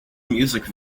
music